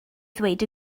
ddweud